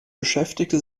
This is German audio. beschäftigte